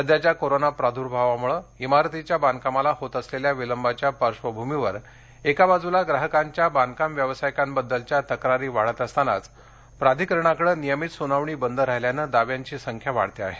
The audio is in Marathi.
सध्याच्या कोरोना प्रादुर्भावामुळं इमारतीच्या बांधकामाला होत असलेल्या विलंबाच्या पार्श्वभूमीवर एका बाजूला ग्राहकांच्या बांधकाम व्यवसायिकांबद्दलच्या तक्रारी वाढत असतानाच प्राधिकरणाकडे नियमित सुनावणी बंद राहिल्यानं दाव्यांची संख्या वाढत आहे